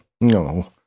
No